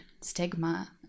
stigma